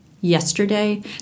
yesterday